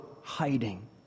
hiding